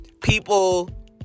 people